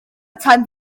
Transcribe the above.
tan